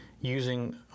using